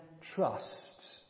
trust